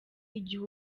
igihe